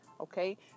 Okay